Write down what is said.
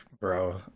bro